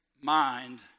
Mind